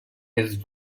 his